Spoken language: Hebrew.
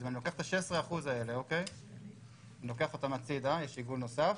אם אני לוקח את ה-16% האלה הצידה, יש עיגול נוסף,